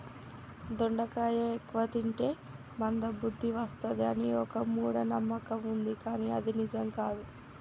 దొండకాయ ఎక్కువ తింటే మంద బుద్ది వస్తది అని ఒక మూఢ నమ్మకం వుంది కానీ అది నిజం కాదు